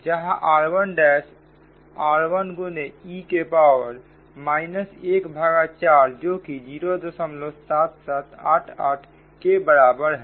जहां r1r1 गुने e के पावर माइनस एक भागा चार जो कि 07788 के बराबर है